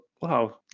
Wow